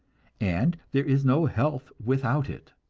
and there is no health without it.